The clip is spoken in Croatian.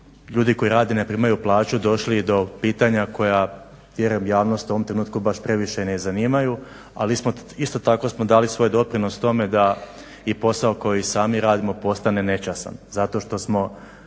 ljudi koji rade ne primaju plaću došli i do pitanja koja vjerujem javnost u ovom trenutku baš previše i ne zanimaju, ali isto tako smo dali svoj doprinos tome da i posao koji i sami radimo postane nečastan zato što smo